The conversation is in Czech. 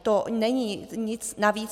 To není nic navíc.